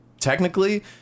technically